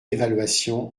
évaluation